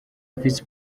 visi